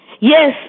Yes